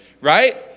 right